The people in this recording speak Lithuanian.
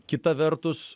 kita vertus